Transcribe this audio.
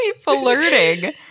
flirting